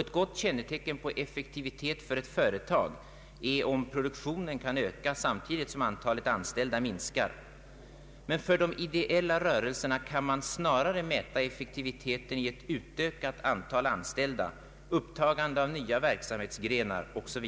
Ett gott kännetecken på effektivitet för ett företag är om produktionen kan öka samtidigt som antalet anställda minskar. För de ideella rörelserna kan man snarare mäta effektiviteten i ett ökat antal anställda, upptagande av nya verksamhetsgrenar osv.